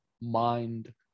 mind